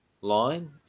line